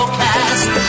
cast